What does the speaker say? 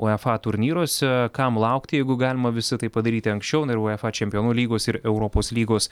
uefa turnyruose kam laukti jeigu galima visa tai padaryti anksčiau na ir uefa čempionų lygos ir europos lygos